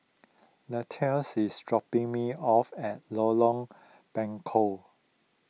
Latrells is dropping me off at Lorong Buangkok